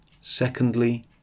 Secondly